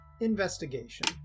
Investigation